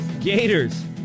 Gators